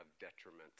detriment